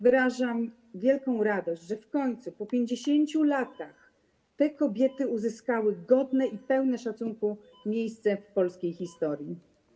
Wyrażam wielką radość, że w końcu, po 50 latach, te kobiety uzyskały godne i pełne szacunku miejsce w polskiej historii.